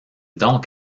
donc